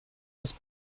his